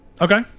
Okay